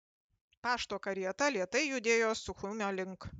pašto karieta lėtai judėjo suchumio link